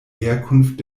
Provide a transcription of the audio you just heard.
herkunft